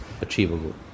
achievable